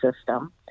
system